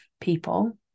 people